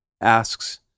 asks